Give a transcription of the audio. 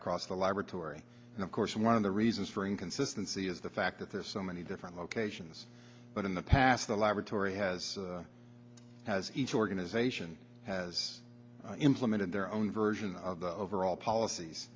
across the laboratory and of course one of the reasons for inconsistency is the fact that there are so many different locations but in the past the laboratory has has each organization has implemented their own version of the overall policies